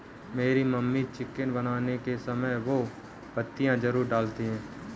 मेरी mummy chicken बनाने के समय बे पत्तियां जरूर डालती हैं